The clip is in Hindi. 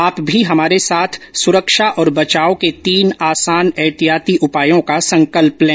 आप भी हमारे साथ सुरक्षा और बचाव के तीन आसान एहतियाती उपायों का संकल्प लें